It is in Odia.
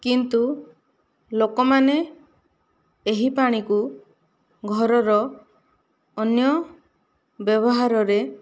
କିନ୍ତୁ ଲୋକମାନେ ଏହି ପାଣିକୁ ଘରର ଅନ୍ୟ ବ୍ୟବହାରରେ